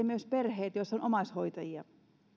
myös perheet joissa on omaishoitajia